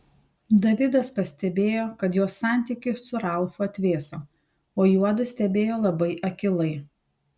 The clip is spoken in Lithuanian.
davidas pastebėjo kad jos santykiai su ralfu atvėso o juodu stebėjo labai akylai